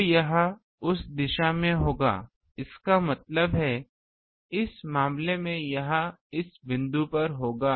तो यह उस दिशा में होगा इसका मतलब है इस मामले में यह इस बिंदु पर होगा